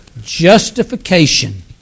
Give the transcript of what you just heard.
justification